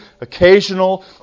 occasional